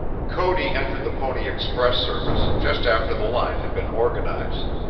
cody entered the pony express service just after the line had been organized.